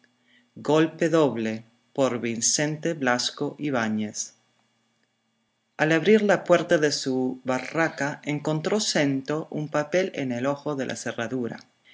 golpe doble al abrir la puerta de su barraca encontró snto un papel en el ojo de la cerradura